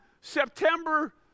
September